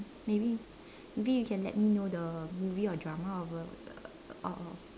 maybe maybe you can let me know the movie or drama of the of